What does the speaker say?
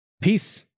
Peace